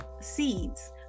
seeds